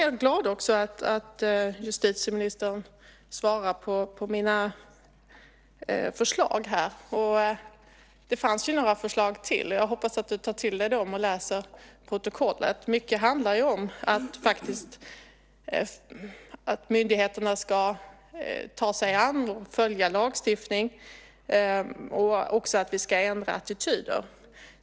Jag är också glad att justitieministern kommenterar mina förslag. Jag hade några förslag till, och jag hoppas att du tar till dig dem och läser protokollet. Mycket handlar om att myndigheterna ska ta sig an och följa lagstiftningen och att vi ska ändra attityden.